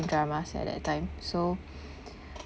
drama at that time so